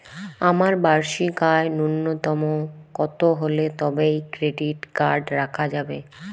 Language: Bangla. আমার বার্ষিক আয় ন্যুনতম কত হলে তবেই ক্রেডিট কার্ড রাখা যাবে?